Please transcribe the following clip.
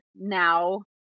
now